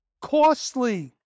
costly